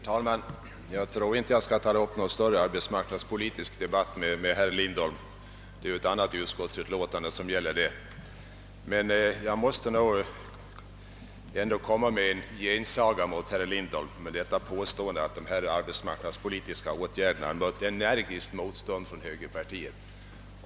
Herr talman! Jag tror inte jag skall ta upp någon större arbetsmarknadspolitisk debatt med herr Lindholm, eftersom ett annat utskottsutlåtande behandlar denna fråga. Jag måste ändå komma med en gensaga mot herr Lindholms påstående att de arbetsmarknadspolitiska åtgärderna mött ett energiskt motstånd från högerpartiet.